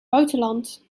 buitenland